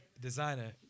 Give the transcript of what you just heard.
designer